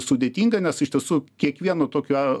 sudėtinga nes iš tiesų kiekvienu tokiu